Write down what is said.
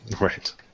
Right